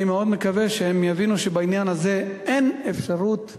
אני מאוד מקווה שהם יבינו שבעניין הזה אין אפשרות להתפשר.